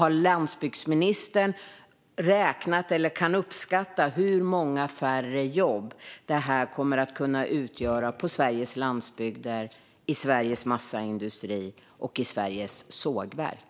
Har landsbygdsministern räknat på eller kan han uppskatta hur många färre jobb det kommer att kunna leda till på svensk landsbygd, i Sveriges massaindustri och i Sveriges sågverk?